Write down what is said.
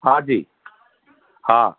हा जी